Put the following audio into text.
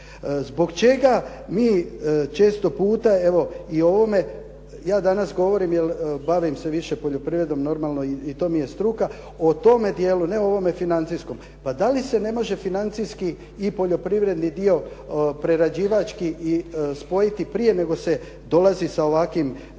Zbog čega mi često puta evo i o ovome, ja danas govorim jer bavim se više poljoprivredom normalno i to mi je struka, o tome dijelu, ne o ovom financijskom. Pa da li se ne može financijski i poljoprivredni dio prerađivački i spojiti prije nego se dolazi sa ovakvim,